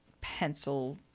pencil